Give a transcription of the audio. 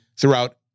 throughout